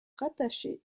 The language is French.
rattaché